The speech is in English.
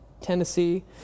Tennessee